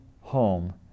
home